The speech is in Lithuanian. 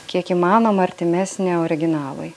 kiek įmanoma artimesnę originalui